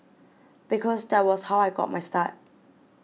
because that was how I got my start